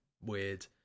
weird